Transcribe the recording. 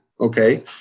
Okay